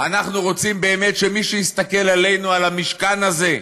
אנחנו רוצים באמת שמי שיסתכל עלינו, על המשכן הזה,